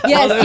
Yes